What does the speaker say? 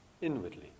inwardly